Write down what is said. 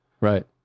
Right